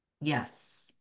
yes